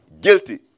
guilty